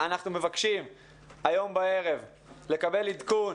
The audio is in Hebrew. אנחנו מבקשים היום בערב לקבל עדכון